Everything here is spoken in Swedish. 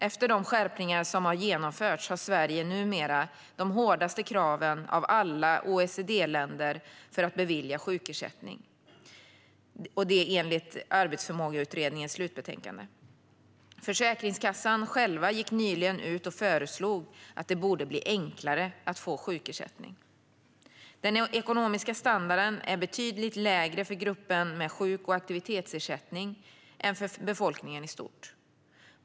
Efter de skärpningar som har genomförts har Sverige numera de hårdaste kraven av alla OECD-länder för att bevilja sjukersättning, enligt Arbetsförmågeutredningens slutbetänkande. Försäkringskassan själv gick nyligen ut och föreslog att det borde bli enklare att få sjukersättning. Den ekonomiska standarden är betydligt lägre för gruppen med sjuk och aktivitetsersättning än för befolkningen i stort.